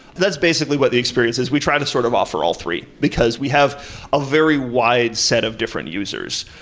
that's basically what the experience is. we try to sort of offer all three, because we have a very wide set of different users.